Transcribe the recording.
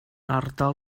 ardal